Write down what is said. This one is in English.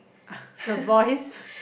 ah the boys